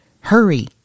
hurry